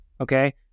okay